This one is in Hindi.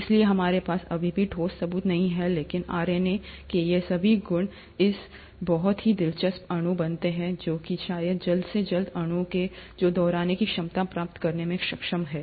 इसलिए हमारे पास अभी भी ठोस सबूत नहीं है लेकिन आरएनए के ये सभी गुण इसे एक बहुत ही दिलचस्प अणु बनाते हैं जो कि शायद जल्द से जल्द अणु है जो दोहराने की क्षमता प्राप्त करने में सक्षम है